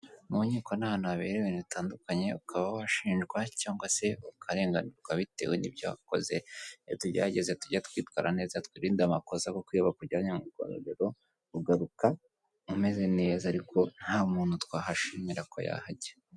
Mu nkiko ni ahantu habera ibintu bitandukanye ukaba washinjwa cyangwa se ukarenganurwa bitewe n'ibyo wakoze, tugerageza tujye twitwara neza twirinde amakosa kuko iyo bakujyanye mu igororero ugaruka umeze neza ariko nta muntu twahashimira ko yahajya.